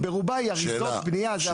ברובה היא הריסות בנייה.